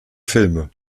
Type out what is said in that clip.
filme